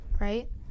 right